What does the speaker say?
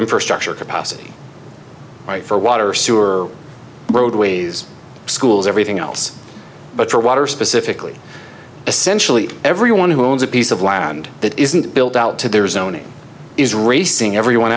infrastructure capacity right for water sewer roadways schools everything else but for water specifically essentially everyone who owns a piece of land that isn't built out to their zoning is racing everyone